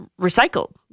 recycled